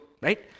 right